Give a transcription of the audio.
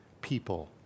people